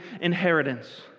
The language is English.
inheritance